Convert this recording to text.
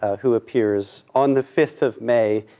who appears on the fifth of may,